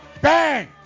Bang